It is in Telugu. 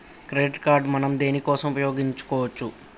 క్రెడిట్ కార్డ్ మనం దేనికోసం ఉపయోగించుకోవచ్చు?